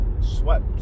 Swept